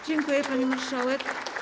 Dziękuję, pani marszałek.